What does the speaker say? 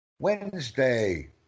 Wednesday